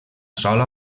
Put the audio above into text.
sola